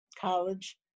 college